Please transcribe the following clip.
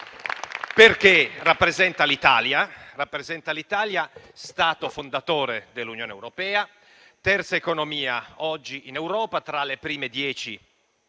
perché rappresenta l'Italia, Stato fondatore dell'Unione europea, terza economia oggi in Europa e tra le prime 10